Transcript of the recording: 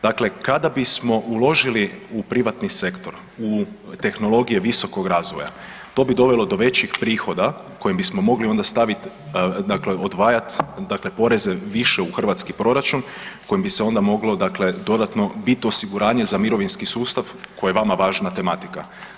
Dakle, kada bismo uložili u privatni sektor, u tehnologije visokog razvoja, to bi dovelo do većih prihoda kojim bismo mogli onda staviti dakle odvajati poreze više u hrvatski proračun, kojim bi se onda moglo dakle dodatno biti osiguranje za mirovinski sustav koji je vama važna tematika.